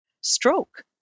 Stroke